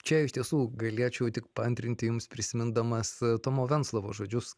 čia iš tiesų galėčiau tik paantrinti jums prisimindamas tomo venclovos žodžius